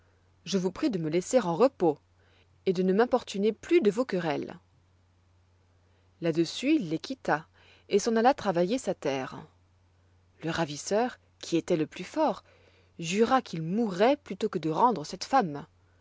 je vous prie de me laisser en repos et de ne m'importuner plus de vos querelles là-dessus il les quitta et s'en alla travailler sa terre le ravisseur qui étoit le plus fort jura qu'il mourroit plutôt que de rendre cette femme